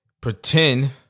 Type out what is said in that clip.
Pretend